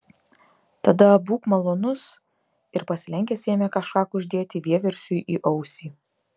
tada būk malonus ir pasilenkęs ėmė kažką kuždėti vieversiui į ausį